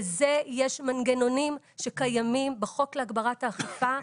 לזה יש מנגנונים שקיימים בחוק להגברת האכיפה.